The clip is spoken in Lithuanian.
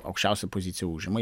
aukščiausią poziciją užima